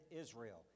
Israel